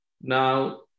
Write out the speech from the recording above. Now